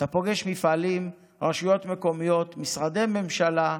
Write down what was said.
אתה פוגש מפעלים, רשויות מקומיות, משרדי ממשלה,